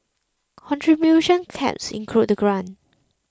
contribution caps include the grant